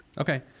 Okay